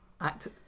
act